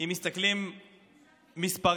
אם מסתכלים מספרית,